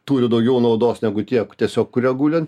turi daugiau naudos negu tie tiesiog kurie guli ant